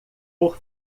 por